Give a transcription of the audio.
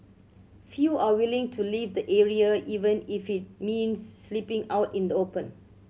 few are willing to leave the area even if it means sleeping out in the open